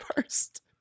first